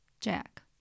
Jack